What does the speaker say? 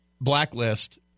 Blacklist